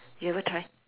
you ever try